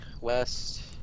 west